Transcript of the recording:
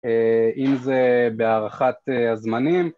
עם זה, בהערכת הזמנים